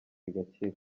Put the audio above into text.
igakira